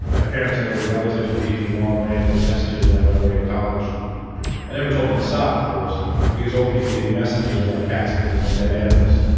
my parents and older relatives would leave me long rambling messages when i went away to college. i never told them to stop of course because old people leaving messages are like cats bringing home dead animals.